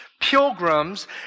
pilgrims